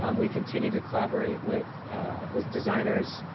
um we continue to collaborate with with designers,